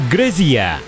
Grezia